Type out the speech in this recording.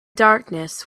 darkness